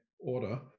order